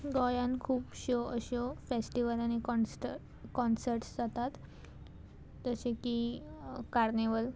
गोंयान खुबश्यो अश्यो फेस्टिवल आनी काँस्टट काँसर्ट्स जातात जशें की कार्नीवल